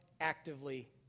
actively